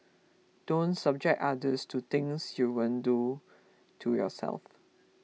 don't subject others to things you won't do to yourself